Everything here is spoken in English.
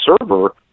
server